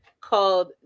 called